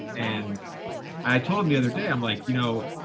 and i told him the other day, i'm like, you know,